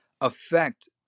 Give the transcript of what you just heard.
affect